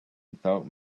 without